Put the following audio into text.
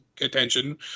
attention